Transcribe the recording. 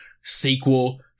Sequel